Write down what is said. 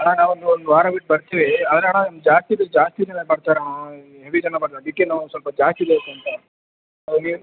ಅಣ್ಣ ನಾವು ಒಂದು ಒಂದು ವಾರ ಬಿಟ್ಟು ಬರ್ತೇವೆ ಆದರೆ ಅಣ್ಣ ಜಾಸ್ತಿ ಬೇ ಜಾಸ್ತಿ ಜನ ಬರ್ತಾರಣ್ಣ ಹೆವಿ ಜನ ಬರ್ತಾರೆ ಅದಕ್ಕೆ ನಾವು ಸ್ವಲ್ಪ ಜಾಸ್ತಿ ಬೇಕಂತೆ ಅವನಿಗೆ